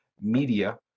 media